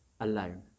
alone